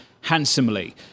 handsomely